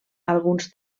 alguns